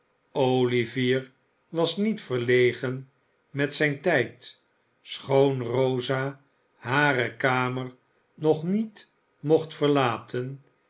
olivier was niet verlegen met zijn tijd schoon rosa hare kamer nog niet mocht verlaten